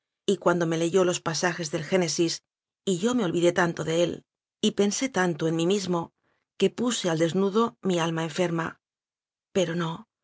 y cuando me leyó los pasajes del génesis y yo me olvidé tanto de él y pensé tantó en mí mismo que puse al desnudo mi alma enferma pero nó